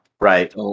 Right